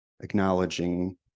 acknowledging